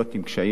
עם קשיים,